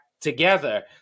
together